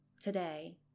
Today